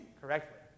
correctly